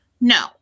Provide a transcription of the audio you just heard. No